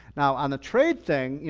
now on the trade thing,